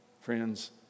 friends